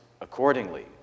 accordingly